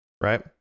right